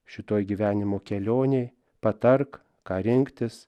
šitoj gyvenimo kelionėj patark ką rinktis